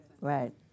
right